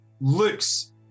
looks